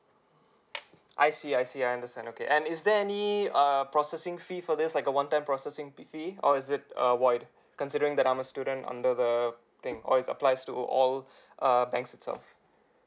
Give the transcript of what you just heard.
I see I see I understand okay and is there any uh processing fee for this like a one time processing p~ fee or is it err wiped considering that I'm a student under the thing or it's applies to all err banks itself